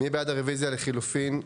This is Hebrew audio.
רביזיה להסתייגות 8?